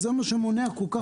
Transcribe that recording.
זה מה שמונע בניית יחידות דיור.